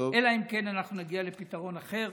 אלא אם כן אנחנו נגיע לפתרון אחר.